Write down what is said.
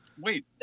Wait